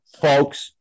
Folks